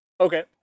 Okay